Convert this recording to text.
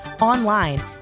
online